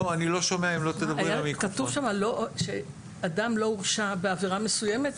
היה כתוב שם שאדם לא הורשע בעבירה מסוימת,